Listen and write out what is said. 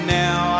now